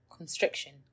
constriction